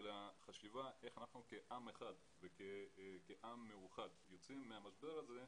החשיבה איך אנחנו כעם אחד וכעם מאוחד יוצאים מהמשבר הזה,